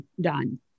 done